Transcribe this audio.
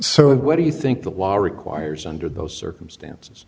and what do you think the law requires under those circumstances